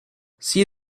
see